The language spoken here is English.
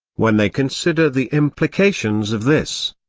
when they consider the implications of this,